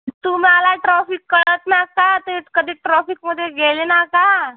तुम्हाला ट्रॉफिक कळत नाही का तुम्ही कधी ट्रॉफिकमध्ये गेले नाही का